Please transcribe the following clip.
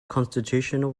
constitutional